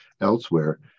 elsewhere